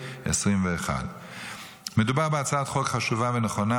21. מדובר בהצעת חוק חשובה ונכונה,